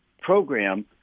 program